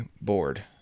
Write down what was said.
bored